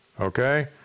Okay